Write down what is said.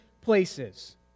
places